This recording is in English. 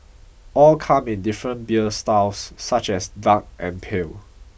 all come in different beer styles such as dark and pale